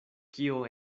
kio